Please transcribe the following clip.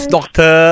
Doctor